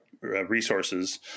resources